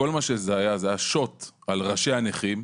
כל מה שהיה, זה היה שוט על ראשי הנכים,